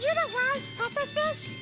yeah the wise puffer fish?